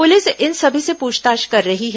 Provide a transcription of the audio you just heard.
police इन सभी से पूछताछ कर रही है